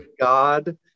God